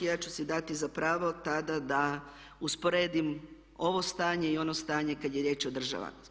Ja ću si dati za pravo tada da usporedim ovo stanje i ono stanje kad je riječ o državi.